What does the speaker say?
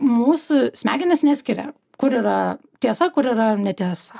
mūsų smegenys neskiria kur yra tiesa kur yra netiesa